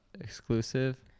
exclusive